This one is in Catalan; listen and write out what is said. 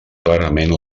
clarament